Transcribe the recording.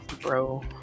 Bro